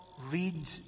read